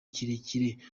kirekire